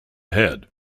head